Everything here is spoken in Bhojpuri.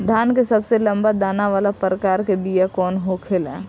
धान के सबसे लंबा दाना वाला प्रकार के बीया कौन होखेला?